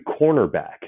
cornerback